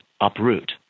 uproot